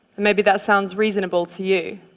maybe that sounds reasonable to you.